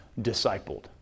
discipled